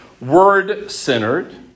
word-centered